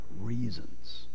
reasons